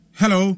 hello